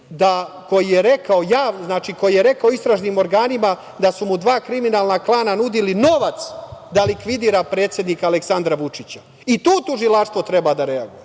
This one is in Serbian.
koji je rekao istražnim organima da su mu dva kriminalna klana nudila novac da likvidira predsednika Aleksandra Vučića. I tu Tužilaštvo treba da reaguje,